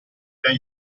dai